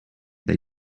they